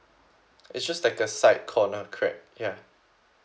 it's just like a side corner crack ya